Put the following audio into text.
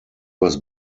was